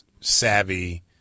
savvy